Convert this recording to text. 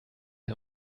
him